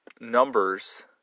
Numbers